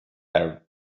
arab